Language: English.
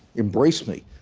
embraced me.